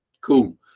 cool